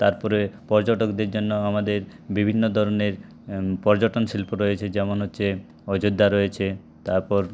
তারপরে পর্যটকদের জন্য আমাদের বিভিন্ন ধরনের পর্যটন শিল্প রয়েছে যেমন হচ্ছে অযোধ্যা রয়েছে তারপর